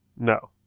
No